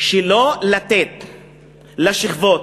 שלא לתת לשכבות,